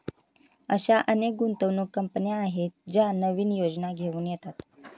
अशा अनेक गुंतवणूक कंपन्या आहेत ज्या नवीन योजना घेऊन येतात